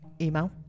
Email